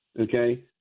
okay